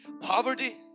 poverty